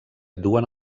duen